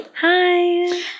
Hi